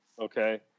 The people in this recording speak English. Okay